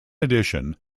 addition